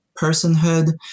personhood